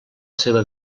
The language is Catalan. seva